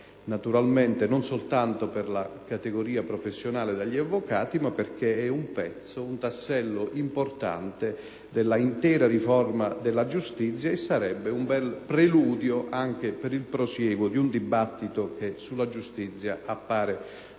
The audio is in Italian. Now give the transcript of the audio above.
naturalmente non vale soltanto per la categoria professionale degli avvocati: è infatti un tassello importante dell'intera riforma della giustizia e sarebbe quindi un bel preludio anche per il prosieguo di un dibattito che sulla giustizia appare complesso